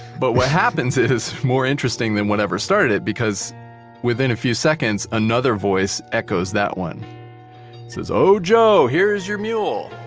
but what happens is more interesting than whatever started it, because within a few seconds, another voice echoes that one. it says, oh joe here is your mule.